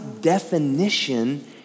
definition